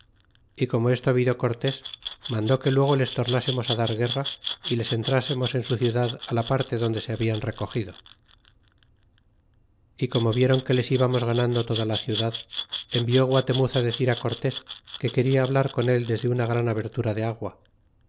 y como esto vido cortés mandó que luego les tornásemos dar guerra y les entrásemos en su ciudad la parte donde se habian recogido y como viéron que les ibamos ganando toda la ciudad envió guatemuz decir cortés que queria hablar con él desde una gran abertura de agua